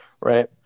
Right